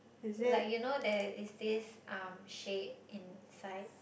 like you know there is this um shade inside